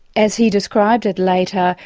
as he described it later,